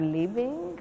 living